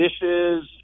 dishes